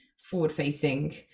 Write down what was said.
forward-facing